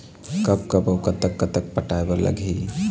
कब कब अऊ कतक कतक पटाए बर लगही